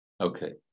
Okay